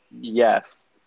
Yes